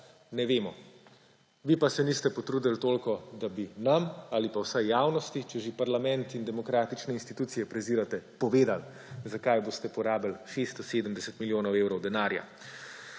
Ne vemo. Vi pa se niste potrudili toliko, da bi nam ali pa vsaj javnosti, če že parlament in demokratične institucije prezirate, povedali, za kaj boste porabili 670 milijonov evrov denarja.